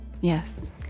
Yes